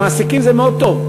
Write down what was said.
למעסיקים זה מאוד טוב.